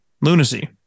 Lunacy